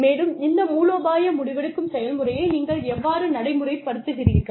மேலும் இந்த மூலோபாய முடிவெடுக்கும் செயல்முறையை நீங்கள் எவ்வாறு நடைமுறைப்படுத்துகிறீர்கள்